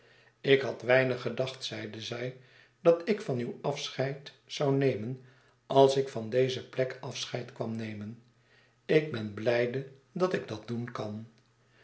ik had weinig gedacht zeide zij dat ik van u afscheid zou nemen als ik van deze plek afscheid kwam nemen ik ben blijde dat ik dat doen kan